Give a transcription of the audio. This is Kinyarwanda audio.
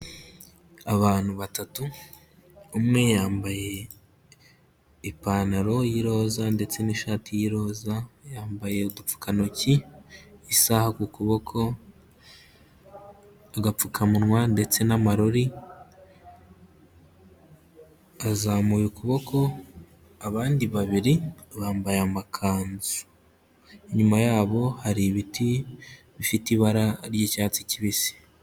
Abantu batatu umwe yambaye ipantaro y'iroza ndetse n'ishati y'iroza, yambaye udukantoki, isaha ku kuboko, agapfukamunwa ndetse n'amarori, azamuye ukuboko abandi babiri bambaye amakanzu, inyuma yabo hari ibiti bifite ibara ry'icyatsi kibisi.